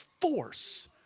force